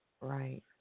right